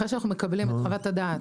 אחרי שאנחנו מקבלים את חוות הדעת,